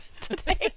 today